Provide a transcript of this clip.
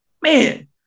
man